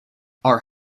are